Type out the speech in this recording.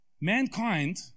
Mankind